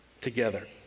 together